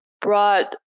brought